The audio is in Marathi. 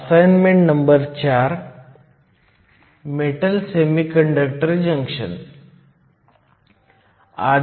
असाइनमेंट 4 मध्ये आपण मेटल सेमीकंडक्टर जंक्शन्सकडे पाहिले